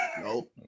No